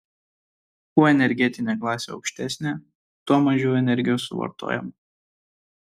kuo energetinė klasė aukštesnė tuo mažiau energijos suvartojama